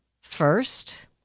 first